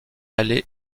aller